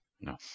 No